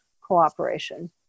cooperation